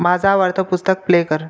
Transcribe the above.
माझं आवडतं पुस्तक प्ले कर